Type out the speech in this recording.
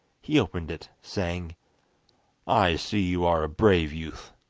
he opened it, saying i see you are a brave youth.